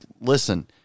listen